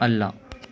ಅಲ್ಲ